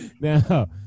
Now